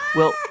well,